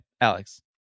Alex